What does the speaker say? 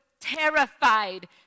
terrified